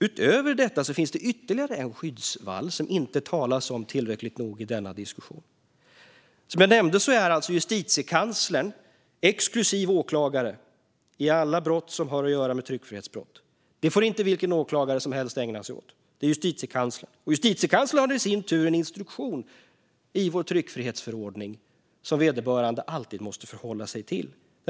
Utöver detta finns det ytterligare en skyddsvall som det inte talas om tillräckligt i denna diskussion. Som jag nämnde är alltså Justitiekanslern exklusiv åklagare i alla brott som har att göra med tryckfrihetsbrott. Det får inte vilken åklagare som helst ägna sig åt. Det är Justitiekanslern. Och Justitiekanslern har i sin tur en instruktion i vår tryckfrihetsförordning som vederbörande alltid måste förhålla sig till.